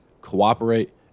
cooperate